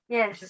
Yes